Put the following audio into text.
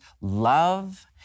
love